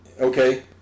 Okay